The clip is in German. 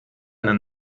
eine